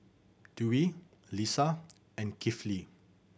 Dwi Lisa and Kifli